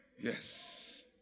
Yes